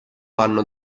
vanno